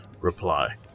reply